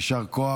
יישר כוח.